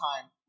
time